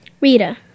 Rita